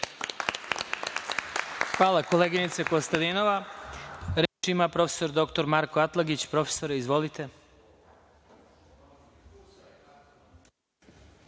Hvala, koleginice Kostadinova. Reč ima prof. dr Marko Atlagić. Profesore, izvolite.